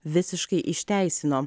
visiškai išteisino